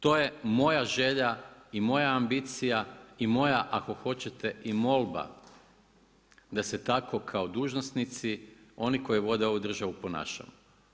To je moja želja i moja ambicija i moja ako hoćete i molba da se tako kao dužnosnici, oni koji vode ovu državu ponašamo.